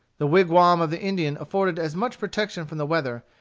the wigwam of the indian afforded as much protection from the weather,